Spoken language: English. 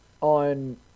on